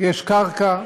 יש קרקע,